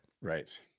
Right